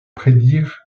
prédire